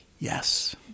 yes